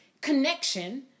connection